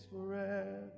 forever